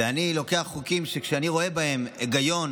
אני לוקח חוקים כאשר אני רואה בהם היגיון